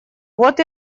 вот